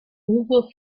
uwe